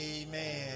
Amen